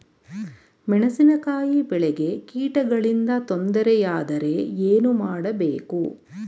ಮೆಣಸಿನಕಾಯಿ ಬೆಳೆಗೆ ಕೀಟಗಳಿಂದ ತೊಂದರೆ ಯಾದರೆ ಏನು ಮಾಡಬೇಕು?